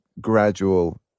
gradual